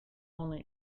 want